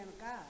God